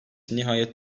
nihayet